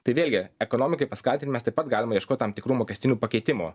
tai vėlgi ekonomikai paskatin mes taip pat galima ieškoti tam tikrų mokestinių pakeitimų